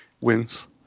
wins